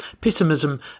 pessimism